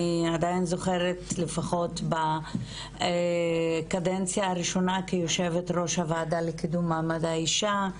אני עדיין זוכרת לפחות בקדנציה הראשונה כיו"ר הוועדה לקידום מעמד האישה,